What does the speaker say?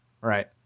Right